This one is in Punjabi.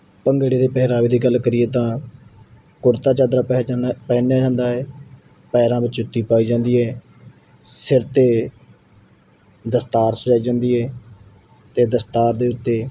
ਭੰਗੜੇ ਦੇ ਪਹਿਰਾਵੇ ਦੀ ਗੱਲ ਕਰੀਏ ਤਾਂ ਕੁੜਤਾ ਚਾਦਰਾ ਪਹਿਚਾਣ ਪਹਿਨਿਆ ਜਾਂਦਾ ਹੈ ਪੈਰਾਂ ਵਿੱਚ ਜੁੱਤੀ ਪਾਈ ਜਾਂਦੀ ਹੈ ਸਿਰ 'ਤੇ ਦਸਤਾਰ ਸਜਾਈ ਜਾਂਦੀ ਹੈ ਅਤੇ ਦਸਤਾਰ ਦੇ ਉੱਤੇ